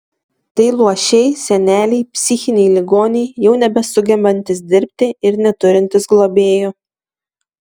tai luošiai seneliai psichiniai ligoniai jau nebesugebantys dirbti ir neturintys globėjų